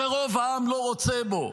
שרוב העם לא רוצה בו.